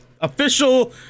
official